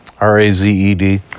R-A-Z-E-D